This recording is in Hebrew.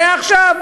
זה היה עכשיו,